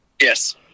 Yes